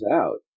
out